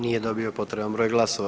Nije dobio potreban broj glasova.